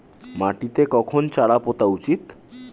মাটিতে কখন চারা পোতা উচিৎ?